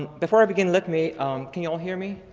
before i begin, let me can you all hear me?